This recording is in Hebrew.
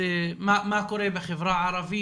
מה קורה בחברה הערבית,